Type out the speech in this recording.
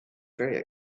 very